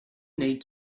need